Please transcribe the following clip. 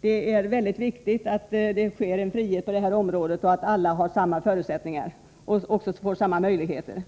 Det är mycket viktigt att det finns frihet på detta område och att alla har samma möjligheter.